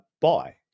buy